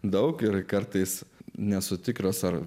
daug ir kartais nesu tikras ar